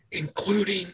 including